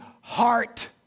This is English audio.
heart